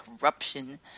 corruption